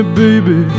baby